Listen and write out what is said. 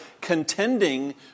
contending